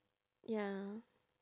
ya